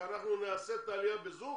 שאנחנו נעשה את העלייה בזום?